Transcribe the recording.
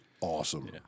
awesome